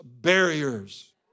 barriers